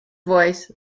voice